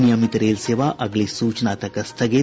नियमित रेल सेवा अगली सूचना तक स्थगित